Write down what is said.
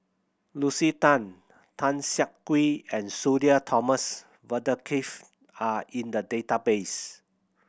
Lucy Tan Tan Siah Kwee and Sudhir Thomas Vadaketh are in the database